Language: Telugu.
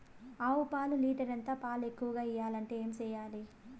ఆవు పాలు లీటర్ ఎంత? పాలు ఎక్కువగా ఇయ్యాలంటే ఏం చేయాలి?